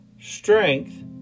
strength